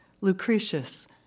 Lucretius